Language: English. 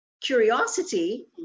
curiosity